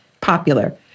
popular